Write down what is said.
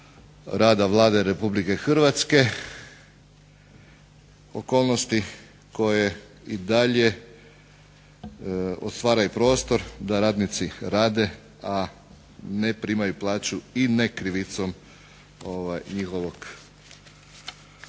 rada Vlade RH, okolnosti koje i dalje otvaraju prostor da radnici rade, a ne primaju plaću i ne krivicom njihovom, ne